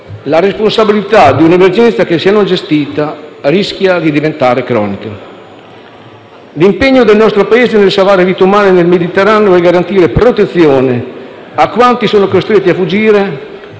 la responsabilità di un'emergenza che, se non gestita, rischia di diventare cronica. L'impegno del nostro Paese nel salvare vite umane nel Mediterraneo e garantire protezione a quanti sono costretti a fuggire